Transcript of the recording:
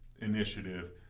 initiative